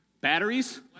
Batteries